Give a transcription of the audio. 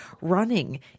running